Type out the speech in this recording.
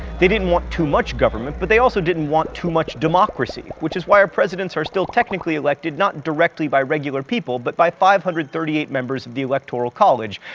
they didn't want too much government, but they also didn't want too much democracy, which is why our presidents are still technically elected not directly by regular people but by five hundred and thirty eight members of the electoral college.